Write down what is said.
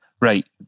Right